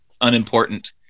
unimportant